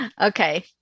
Okay